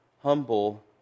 humble